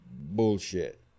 bullshit